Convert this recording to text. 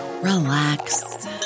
relax